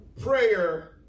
Prayer